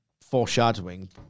foreshadowing